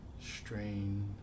strain